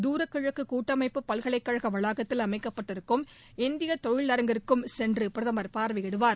தூரகிழக்கு கூட்டமைப்பு பல்கலைக்கழக வளாகத்தில் அமைக்கப்பட்டிருக்கும் இந்திய தொழில் அரங்குக்கு சென்று பிரதமர் பார்வையிடுவார்